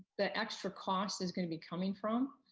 the extra cost is gonna be coming from.